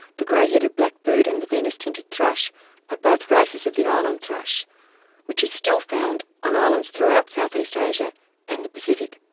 the grey-headed blackbird and the vinous-tinted thrush are ah both races of the island thrush which is still found on islands throughout southeast asia and the pacific.